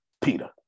Peter